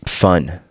fun